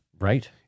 Right